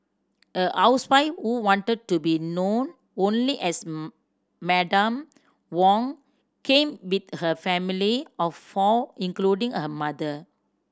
a housewife who wanted to be known only as Madam Wong came with her family of four including her mother